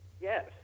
Yes